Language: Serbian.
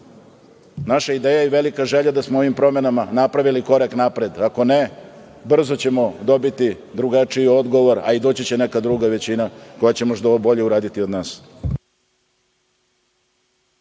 ideja i velika želja je da smo ovim promenama napravili korak napred. Ako ne, brzo ćemo dobiti drugačiji odgovor, a i doći će neka druga većina koja će možda ovo bolje uraditi od nas.